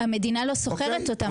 המדינה לא שוכרת אותן.